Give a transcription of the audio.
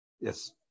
Yes